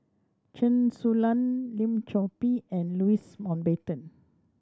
Chen Su Lan Lim Chor Pee and Louis Mountbatten